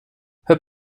her